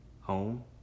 Home